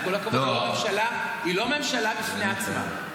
עם כל הכבוד, היא לא ממשלה בפני עצמה.